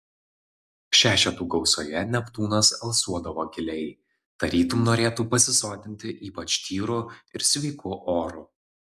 šešetų gausoje neptūnas alsuodavo giliai tarytum norėtų pasisotinti ypač tyru ir sveiku oru